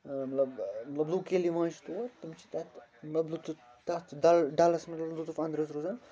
مطلب لُکھ ییٚلہِ یِوان چھِ تور تِم چھِ تَتہِ تَتھ ڈَ ڈَلَس منٛز